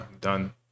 done